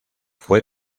fue